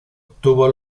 tuvo